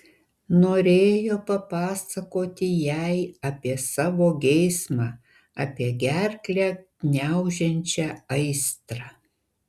norėjo papasakoti jai apie savo geismą apie gerklę gniaužiančią aistrą